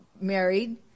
married